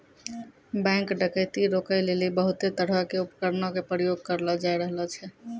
bank डकैती रोकै लेली बहुते तरहो के उपकरण के प्रयोग करलो जाय रहलो छै